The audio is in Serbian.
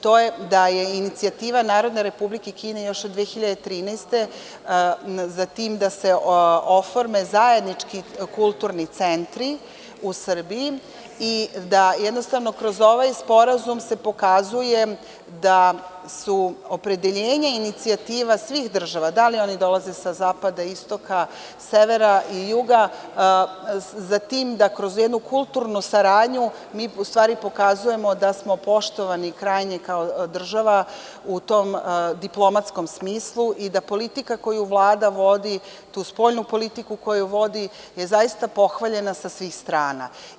To je da je inicijativa Narodne Republike Kine još iz 2013. godine za tim da se oforme zajednički kulturni centri u Srbiji i da jednostavno kroz ovaj sporazum se pokazuje da su opredeljenja inicijativa svih država, da li oni dolaze sa zapada, istoka, severa i juga za tim da kroz jednu kulturnu saradnju mi u stvari pokazujemo da smo poštovani krajnje kao država u tom diplomatskom smislu i da politika koju Vlada vodi tu spoljnu politiku koju vodi je zaista pohvaljena sa svih strana.